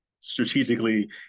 strategically